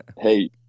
Hey